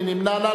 מי נמנע?